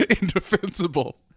indefensible